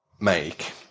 make